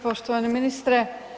Poštovani ministre.